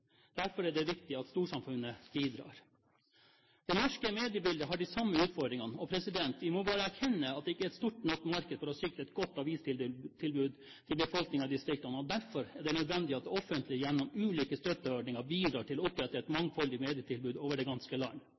Derfor er det viktig at storsamfunnet bidrar. Det norske mediebildet har de samme utfordringene, og vi må bare erkjenne at det ikke er et stort nok marked til å sikre et godt avistilbud til befolkningen i distriktene. Derfor er det nødvendig at det offentlige gjennom ulike støtteordninger bidrar til å opprette et mangfoldig medietilbud over det ganske land.